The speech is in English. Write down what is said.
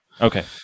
Okay